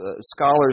scholars